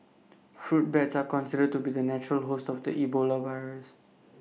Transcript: fruit bats are considered to be the natural host of the Ebola virus